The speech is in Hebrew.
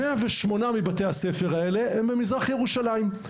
108 מבתי הספר האלה הם במזרח ירושלים.